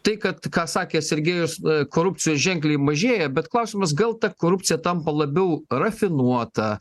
tai kad ką sakė sergejus korupcijos ženkliai mažėja bet klausimas gal ta korupcija tampa labiau rafinuota